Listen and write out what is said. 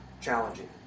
challenging